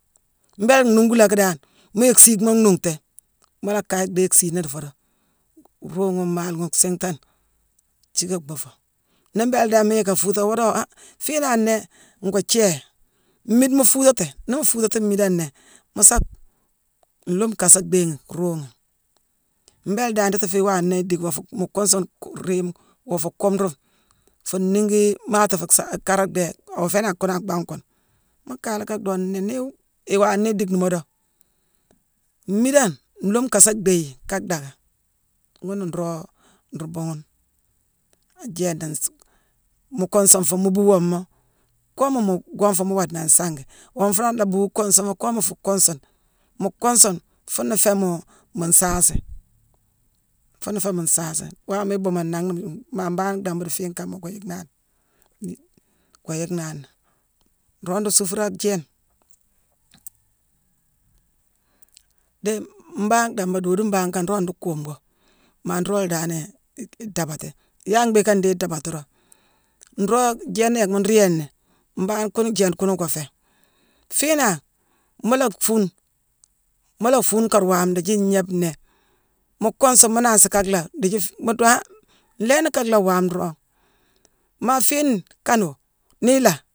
Mbééla nuuku lacki dan, mu yick siikma nhuunkté, mu la kaye dééye siina dii foodo ruu ghune maale ghune siinghtane, jiické bhuu foo. Nii mbéélé dan mu yick a fuuté mu doo han fiinaagh nnéé ngoo jééyé. Mmiide mu footati. Nii mu fuutati mmiidangh nnéé, mu sa-nloome kaasa dhééye ghi, ruu ghi. Mbéélé dan ndiiti fii iwaané idick woo fuu-mukuunsune-ku-riime woo fuu kuumrune: fuu nniigi maati fuu sa-kaara dhéé awoo fééni ghuna ak bhaangh ghune. Mu kaye léé ka dhoo: nnii nii-wuu-iwaana idick dii moodo, mmiidangh, nloome kaasa dhééye yi ka dhaacka. Ghuna nroog nruu bhuughune aa jééna-nsuck-mu kuunsune fuune mu bhuu womma coomu mu gongfu mu boodeni an sangi. Wonfu dan la buu kuunsuma coomu fuu kuunsune. Mu kuunsune fuuna féé mu nsaasi, fuuna féé mu nsaasi. Waama ibuumoni, nanghna-mu-buu. Maa mbangh dhambu dii fiine kama goo yick nani. N-goo yick nani. Nroog nruu suufra ak jééne. Dii mbangh damma, doodune mbangh kane nroog nruu kuume goo, maa nroog daanéé idaabati. Yaala mbhiiké ndii idaabati roog? Nroog jééna yackma nruu yééni, mbangh kune jééne kune goo féé. Fiinangh, mu la fuune, mu la fuune kaar waame ndiithi nnéébe nnéé. Mu kuunsune, mu nansi ka laack, ndiithii-fii-mu doo han nlééni ka lack waama roongh. Maa fiine kaanowu, nii ilaa